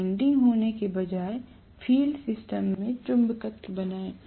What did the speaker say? windings होने के बजाय फील्ड सिस्टम में चुंबकत्व बनाएं